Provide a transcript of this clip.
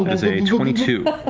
um is a twenty two.